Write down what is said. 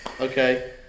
Okay